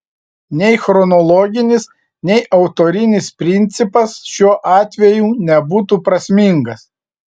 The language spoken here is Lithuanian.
nei chronologinis nei autorinis principas šiuo atveju nebūtų prasmingas